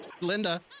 Linda